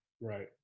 Right